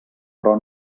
però